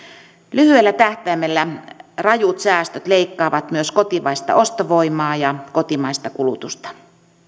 lyhyellä tähtäimellä rajut säästöt leikkaavat myös kotimaista ostovoimaa ja kotimaista kulutusta